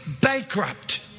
bankrupt